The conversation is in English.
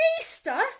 Easter